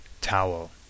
towel